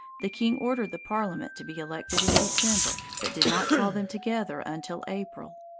the king ordered the parliament to be elected in december, but did not call them together until april.